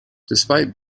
despite